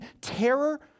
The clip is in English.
terror